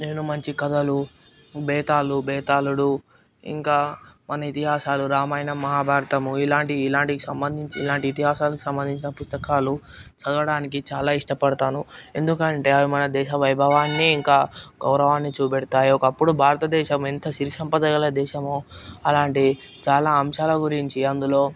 నేను మంచి కథలు బేతాలు బేతాళుడు ఇంకా మన ఇతిహాసాలు రామాయణం మహాభారతం ఇలాంటి ఇలాంటివి సంబంధించిన ఇలాంటి ఇతిహాసాలకు సంబంధించిన పుస్తకాలు చదవడానికి చాలా ఇష్టపడతాను ఎందుకంటే అవి మన దేశ వైభవాన్ని ఇంకా గౌరవాన్ని చూపెడతాయి ఒకప్పుడు భారతదేశం ఎంత సిరి సంపద గల దేశమో అలాంటి చాలా అంశాల గురించి అందులో